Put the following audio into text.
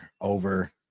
over